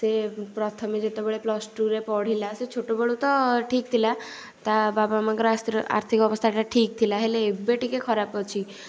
ସେ ପ୍ରଥମେ ଯେତେବେଳେ ପ୍ଲସ୍ଟୁରେ ପଢ଼ିଲା ସେ ଛୋଟବେଳୁ ତ ଠିକ୍ ଥିଲା ତା ବାବା ମାମାଙ୍କର ଆର୍ଥିକ ଅବସ୍ଥାଟା ଠିକ୍ ଥିଲା ହେଲେ ଏବେ ଟିକେ ଖରାପ ଅଛି